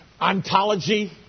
ontology